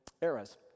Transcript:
eras